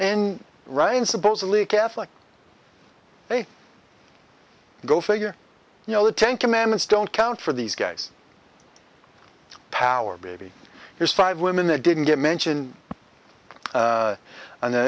and run supposedly catholic they go figure you know the ten commandments don't count for these guys power baby here's five women that didn't get mentioned